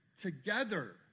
together